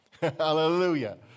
Hallelujah